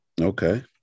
Okay